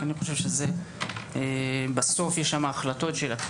כי אני חושב שבסוף יהיו שם החלטות שיילקחו